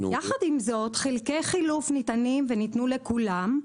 יחד עם זאת חלקי חילוף ניתנים וניתנו לכולם,